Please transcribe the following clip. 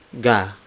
ga